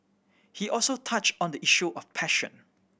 he also touch on the issue of passion